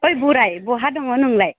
ओइ बोराइ बहा दङ नोंलाय